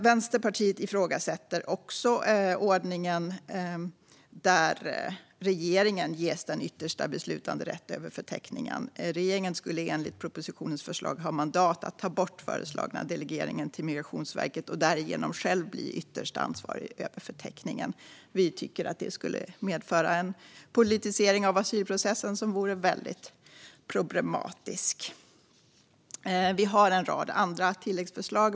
Vänsterpartiet ifrågasätter också ordningen där regeringen ges den yttersta beslutanderätten över förteckningen. Regeringen skulle enligt propositionens förslag ha mandat att ta bort den föreslagna delegeringen till Migrationsverket och därigenom själv bli ytterst ansvarig över förteckningen. Vi tycker att det skulle medföra en politisering av asylprocessen som vore väldigt problematisk. Vi har en rad andra tilläggsförslag.